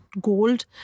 gold